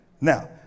Now